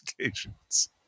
occasions